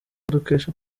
dukesha